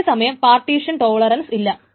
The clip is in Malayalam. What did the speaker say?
അതേസമയം പാർട്ടീഷൻ ടോലറൻസ് ഇല്ല